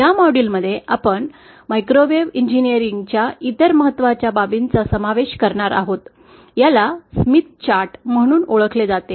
या मॉड्यूलमध्ये आपण मायक्रोवेव्ह अभियांत्रिकीच्या इतर महत्त्वाच्या बाबींचा समावेश करणार आहोत यालास्मिथ चार्ट म्हणून ओळखले जाते